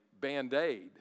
Band-Aid